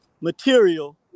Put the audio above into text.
material